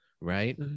right